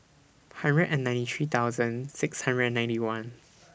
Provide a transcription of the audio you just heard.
hundred and ninety three thousand six hundred and ninety one